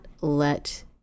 let